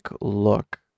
look